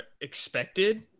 Expected